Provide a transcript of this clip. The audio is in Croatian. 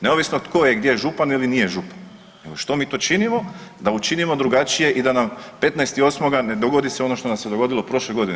Neovisno tko je gdje župan ili nije župan, nego što mi to činimo da učinimo drugačije i da nam 15.8. ne dogodi se ono što nam se dogodilo prošle godine.